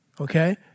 Okay